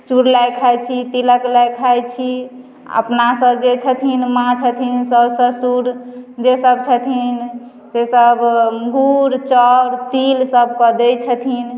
चुड़लाइ खाइत छी तिलक लाइ खाइत छी अपनासभके छथिन माँ छथिन सासु ससुर जे सभ छथिन से सभ गुड़ चाउर तिल सभके दैत छथिन